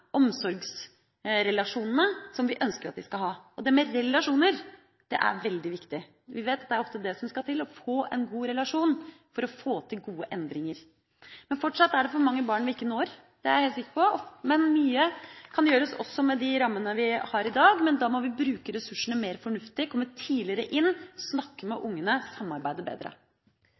omsorgsrelasjonene som vi ønsker at de skal ha. Det med relasjoner er veldig viktig. Vi vet at ofte er det som skal til – å få en god relasjon – for å få til gode endringer. Men fortsatt er det for mange barn vi ikke når. Det er jeg helt sikker på. Mye kan gjøres med de rammene vi har i dag. Men da må vi bruke ressursene mer fornuftig, komme tidligere inn, snakke med ungene og samarbeide bedre.